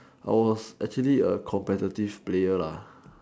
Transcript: I was actually a competitive player lah